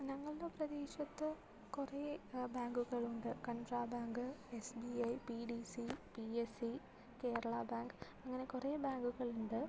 ഞങ്ങളുടെ പ്രദേശത്ത് കുറേ ബേങ്കുകളുണ്ട് Canara bank S B I P D C P S C Kerala bank അങ്ങനെ കുറേ ബേങ്കുകളുണ്ട്